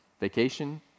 Vacation